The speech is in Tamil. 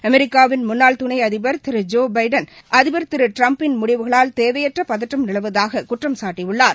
அமெிக்காவின் முன்னாள் துணை அதிபா் திரு ஜோ பைடன் அதிபா் திரு ட்டிரம்பின் முடிவுகளால் தேவையற்ற பதற்றம் நிலவுவதாக குற்றம்சாட்டியுள்ளார்